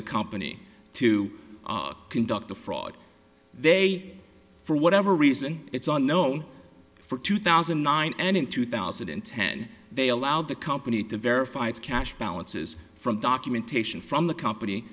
the company to conduct a fraud they for whatever reason it's unknown for two thousand and nine and in two thousand and ten they allowed the company to verify its cash balances from documentation from the company